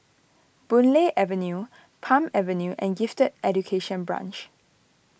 Boon Lay Avenue Palm Avenue and Gifted Education Branch